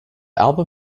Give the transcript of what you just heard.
album